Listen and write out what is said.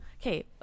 Okay